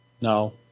no